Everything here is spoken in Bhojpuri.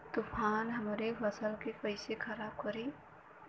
तूफान हमरे फसल के कइसे खराब करी?